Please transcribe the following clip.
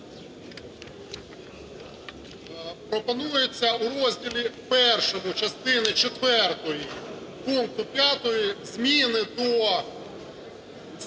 Пропонується в розділі першому частини четвертої пункту 5 зміни до